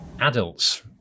adults